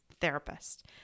therapist